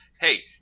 hey